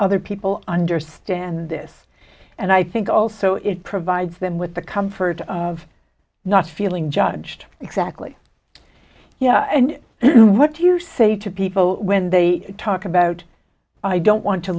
other people understand this and i think also it provides them with the comfort of not feeling judged exactly yeah and what do you say to people when they talk about i don't want to